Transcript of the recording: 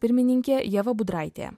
pirmininkė ieva budraitė